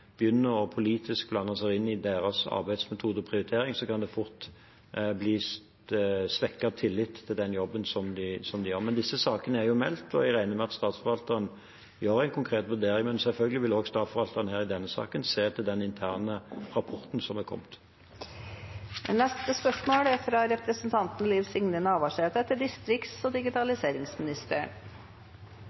inn i deres arbeidsmetode og prioritering, kan det fort bli svekket tillit til jobben de gjør. Disse sakene er meldt, og jeg regner med at statsforvalteren gjør en konkret vurdering, men selvfølgelig vil også statsforvalteren i denne saken se til den interne rapporten som er kommet.